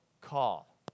call